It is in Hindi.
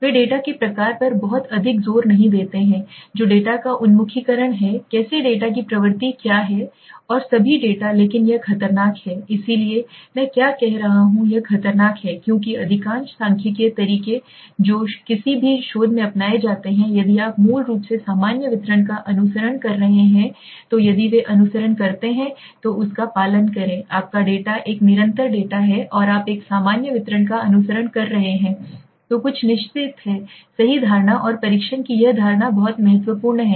वे डेटा के प्रकार पर बहुत अधिक जोर नहीं देते हैं जो डेटा का उन्मुखीकरण है कैसे डेटा की प्रवृत्ति क्या है और सभी डेटा लेकिन यह खतरनाक है इसलिए मैं क्यों कह रहा हूं यह खतरनाक है क्योंकि अधिकांश सांख्यिकीय तरीके जो किसी भी शोध में अपनाए जाते हैं यदि आप मूल रूप से सामान्य वितरण का अनुसरण कर रहे हैं तो यदि वे अनुसरण करते हैं तो उसका पालन करें आपका डेटा एक निरंतर डेटा है और आप एक सामान्य वितरण का अनुसरण कर रहे हैं तो कुछ निश्चित हैं सही धारणा और परीक्षण की यह धारणा बहुत महत्वपूर्ण है